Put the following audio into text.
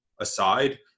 aside